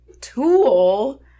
tool